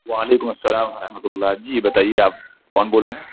وعلیکم السلام ورحمتہ اللہ جی بتائیے آپ کون بول رہے ہیں